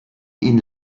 ihn